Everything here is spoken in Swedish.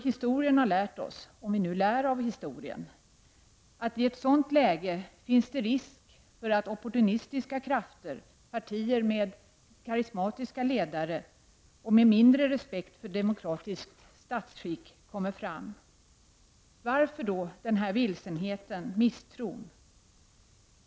Historien har lärt oss — om vi nu lär oss av historien — att det i ett sådant läge finns risk för att opportunistiska krafter, partier med karismatiska ledare och med mindre respekt för demokratiskt statsskick, kommer fram. Varför då denna vilsenhet och misstro?